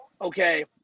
Okay